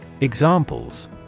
Examples